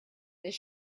this